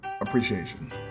Appreciation